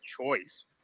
choice